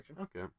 Okay